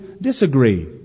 disagree